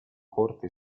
corte